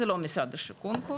זה לא משרד השיכון קובע,